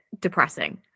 depressing